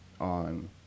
on